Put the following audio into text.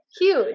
Huge